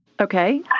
Okay